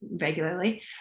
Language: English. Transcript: regularly